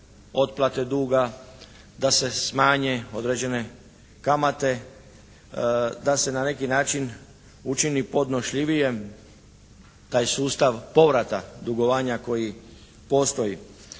da se smanje određene kamate, da se na neki način učini podnošljivijim taj sustav povrata dugovanja koji postoji.